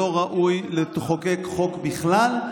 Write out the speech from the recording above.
לא באופן שראוי לחוקק חוק בכלל,